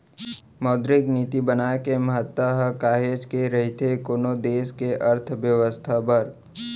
मौद्रिक नीति बनाए के महत्ता ह काहेच के रहिथे कोनो देस के अर्थबेवस्था बर